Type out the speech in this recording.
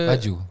Baju